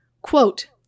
Quote